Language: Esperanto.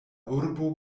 urbo